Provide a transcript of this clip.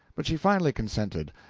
but she finally consented.